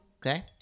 Okay